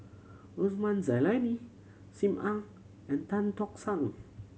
Osman Zailani Sim Ann and Tan Tock San